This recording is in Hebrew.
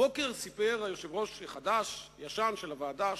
הבוקר סיפר היושב-ראש החדש-הישן של הוועדה,